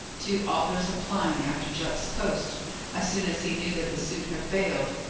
to arthur's applying after jupp's post as soon as he knew that the suit had failed.